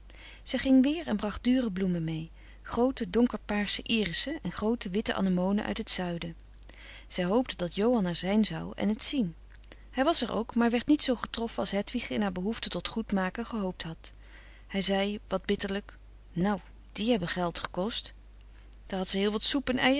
zij ging weer en bracht dure bloemen mee groote donkerpaarsche irissen en groote witte anemonen uit het zuiden zij hoopte dat johan er zijn zou en het zien hij was er ook maar werd niet zoo getroffen als hedwig in haar behoefte tot goed maken gehoopt had hij zei wat bitterlijk nou die hebben geld gekost daar had ze heel wat soep